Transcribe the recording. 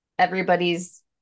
everybody's